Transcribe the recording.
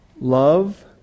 Love